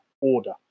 order